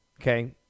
Okay